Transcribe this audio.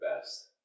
best